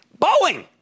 Boeing